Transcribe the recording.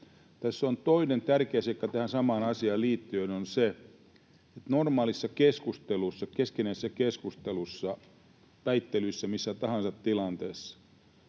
Toinen tärkeä seikka tähän samaan asiaan liittyen on se, että normaalissa keskustelussa, keskinäisessä keskustelussa, väittelyissä, missä tahansa tilanteessa,